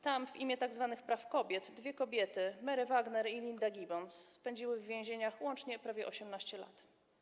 Tam w imię tzw. praw kobiet dwie kobiety, Mary Wagner i Linda Gibbons, spędziły w więzieniach łącznie prawie 18 lat.